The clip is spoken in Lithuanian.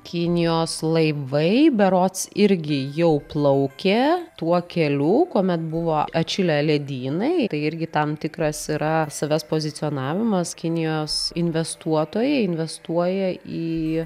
kinijos laivai berods irgi jau plaukė tuo keliu kuomet buvo atšilę ledynai tai irgi tam tikras yra savęs pozicionavimas kinijos investuotojai investuoja į